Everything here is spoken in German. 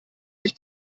sich